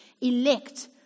elect